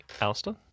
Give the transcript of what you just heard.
Alistair